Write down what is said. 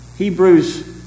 Hebrews